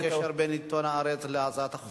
מה הקשר בין עיתון "הארץ" להצעת החוק?